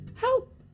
Help